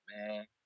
man